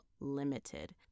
limited